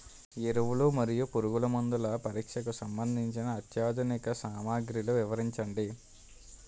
ఎరువులు మరియు పురుగుమందుల పరీక్షకు సంబంధించి అత్యాధునిక సామగ్రిలు వివరించండి?